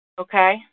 okay